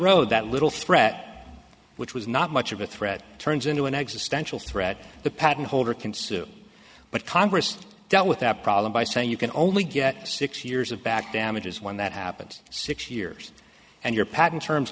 road that little threat which was not much of a threat turns into an existential threat the patent holder can sue but congress dealt with that problem by saying you can only get six years of back damages when that happens six years and your patent terms